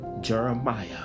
jeremiah